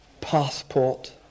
passport